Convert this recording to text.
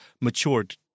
matured